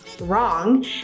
wrong